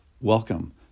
welcome